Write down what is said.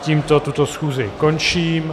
Tímto tuto schůzi končím.